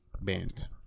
band